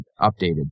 updated